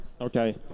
Okay